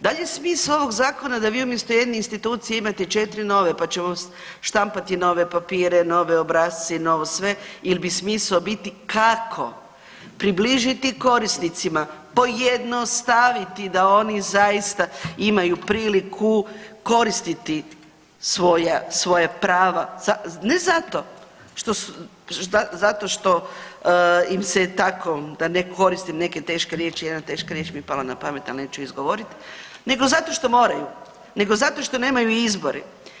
Da li je smisao ovog zakona da vi umjesto jedne institucije imate 4 nove, pa ćemo štampati nove papire, nove obrasce i novo sve ili bi smisao biti kako približiti korisnicima pojednostaviti da oni zaista imaju priliku koristiti svoja prava ne zato što im se tako da ne koristim neke teške riječi, jedna teška riječ mi je pala na pamet, ali neću izgovoriti, nego zato što moraju, nego zato što nemaju izbor.